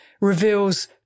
reveals